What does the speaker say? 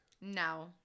No